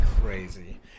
crazy